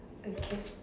okay